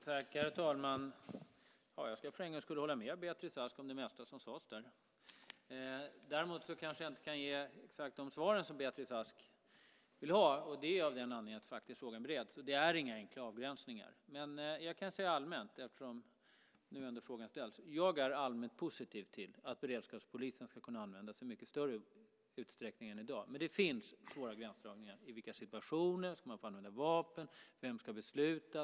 Herr talman! För en gångs skull ska jag hålla med Beatrice Ask om det mesta hon sade. Däremot kanske jag inte kan ge exakt de svar som Beatrice Ask vill ha av den anledningen att frågan bereds. Det är inga enkla avgränsningar. Jag kan säga att jag är allmänt positiv till att beredskapspolisen ska kunna användas i mycket större utsträckning än i dag. Det finns svåra gränsdragningar. I vilka situationer? Ska man få använda vapen? Vem ska besluta?